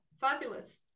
fabulous